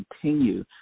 continue